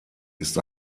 ist